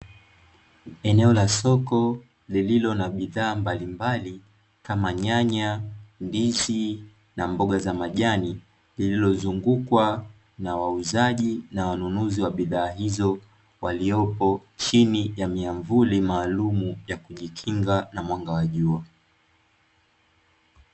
Eneo la soko lililo na bidhaa mbalimbali, kama: nyanya, ndizi na mboga za majani, lililozungukwa na wauzaji na wanunuzi wa bidhaa hizo, waliopo chini ya miamvuli maalumu ya kujikinga na mwanga jua.